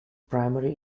primary